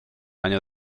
año